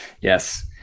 Yes